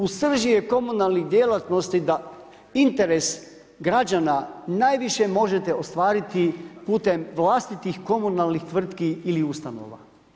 U srži je komunalnih djelatnosti da interes građana najviše možete ostvariti putem vlastitih komunalnih tvrtki ili ustanova.